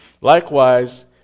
Likewise